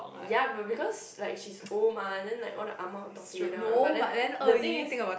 ya but because like she old mah then like one Ah-Ma all talk together one but then the things is